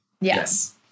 Yes